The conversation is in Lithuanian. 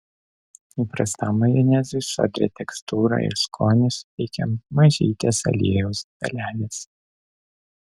įprastam majonezui sodrią tekstūrą ir skonį suteikia mažytės aliejaus dalelės